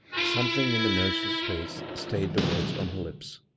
something in the nurse's face stayed the words on her lips.